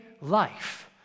life